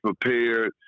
prepared